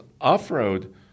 off-road